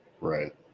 Right